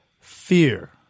fear